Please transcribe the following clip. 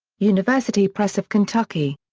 university press of kentucky.